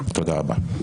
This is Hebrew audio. תודה רבה.